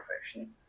profession